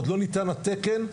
עוד לא ניתן התקן,